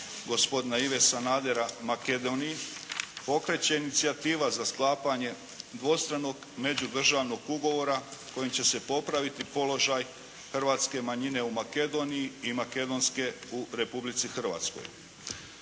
gospodina Ive Sanadera Makedoniji pokreće inicijativa za sklapanje dvostranog međudržavnog ugovora kojim će se popraviti položaj hrvatske manjine u Makedoniji i makedonske u Republici Hrvatskoj.